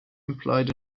implied